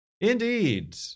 Indeed